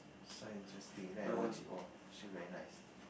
sounds interesting then I watch it !woah! sure very nice